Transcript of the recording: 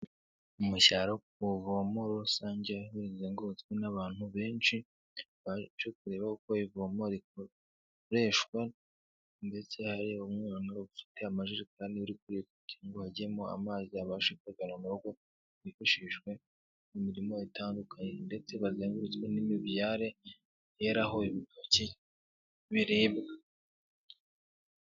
Mu cyaro kuvomo rusange buzengurutswe n'abantu benshi baje kureba uko ivomo rikoreshwa, ndetse hari umwana ufite amajerekani uri kure kugira ngo hajyemo amazi abashe kugana mu rugo yifashishwe mu mirimo itandukanye, ndetse bazengurutswe n'imibyare yeraho ibitoki biribwa.